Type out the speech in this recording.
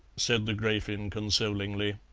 said the grafin consolingly.